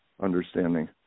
understanding